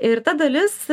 ir ta dalis